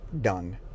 done